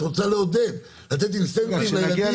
את רוצה לעודד, לתת תמריץ לילדים.